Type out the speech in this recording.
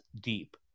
deep